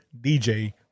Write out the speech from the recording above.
DJ